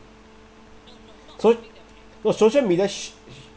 so no social media sh~ sh~